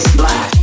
black